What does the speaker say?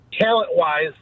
talent-wise